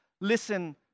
Listen